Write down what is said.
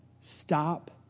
Stop